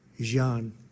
Jean